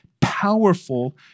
powerful